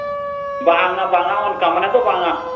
ᱵᱟᱝᱼᱟ ᱵᱟᱝᱼᱟ ᱚᱱᱠᱟ ᱢᱟᱱᱮ ᱫᱚ ᱵᱟᱝᱼᱟ